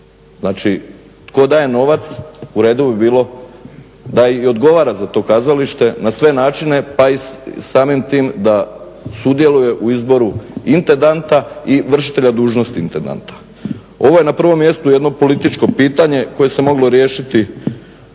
Znači, tko daje novac, u redu bi bilo da i odgovara za to kazalište na sve načine pa i samim time da sudjeluje u izboru intendanta i vršitelja dužnosti intendanta. Ovo je na prvom mjestu jedno političko pitanje koje se moglo riješiti